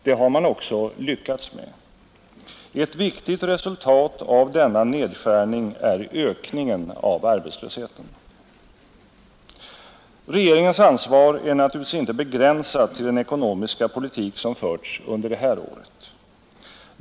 Det har man också lyckats med. Ett viktigt resultat av denna nedskärning är ökningen av arbetslösheten. Regeringens ansvar är naturligtvis inte begränsat till den ekonomiska politik som förts under 1971.